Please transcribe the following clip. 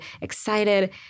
excited